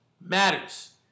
matters